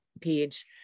page